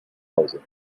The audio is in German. hause